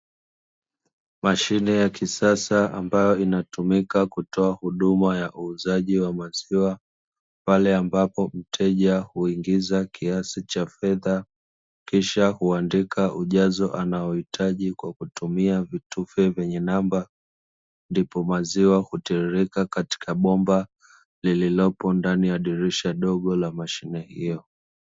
Mashine ya kisasa ambayo inatumika kutoa huduma ya uuzaji wa maziwa pale ambapo mteja huingiza kiasi cha fedha kisha huandika ujazo anaouhitaji kwa kutumia vitufe vyenye namba, ndipo maziwa huteremka katika bomba lililopo ndani ya dirisha dogo la mashine hiyo.